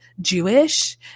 Jewish